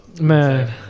Man